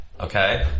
Okay